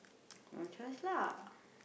our choice lah